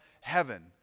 heaven